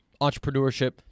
entrepreneurship